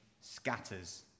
scatters